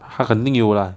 他肯定有啦